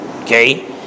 Okay